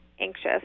anxious